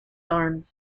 arm